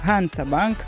hansa bank